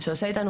שעושה איתנו